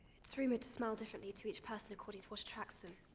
it's rumoured to smell differently to each person, according to what attracts them.